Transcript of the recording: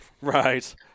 right